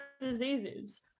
diseases